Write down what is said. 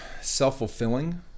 self-fulfilling